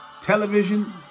television